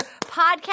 podcast